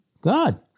God